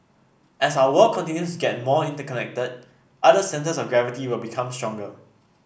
as our world continues to get more interconnected other centres of gravity will become stronger